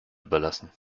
überlassen